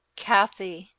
kathie!